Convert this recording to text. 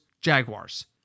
Jaguars